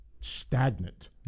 stagnant